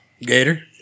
Gator